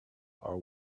are